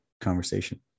conversation